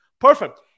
Perfect